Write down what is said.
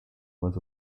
was